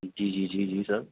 جی جی جی جی سر